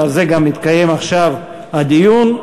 ועל זה גם התקיים עכשיו הדיון,